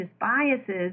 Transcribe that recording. biases